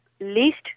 least